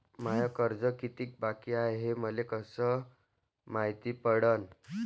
माय कर्ज कितीक बाकी हाय, हे मले कस मायती पडन?